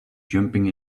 jumping